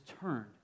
turned